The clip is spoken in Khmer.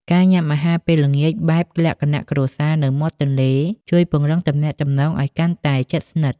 ការញ៉ាំអាហារពេលល្ងាចបែបលក្ខណៈគ្រួសារនៅមាត់ទន្លេ ជួយពង្រឹងទំនាក់ទំនងឱ្យកាន់តែជិតស្និទ្ធ។